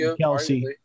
Kelsey